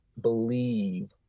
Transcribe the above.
believe